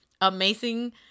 amazing